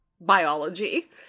biology